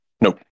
Nope